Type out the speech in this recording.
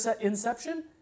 Inception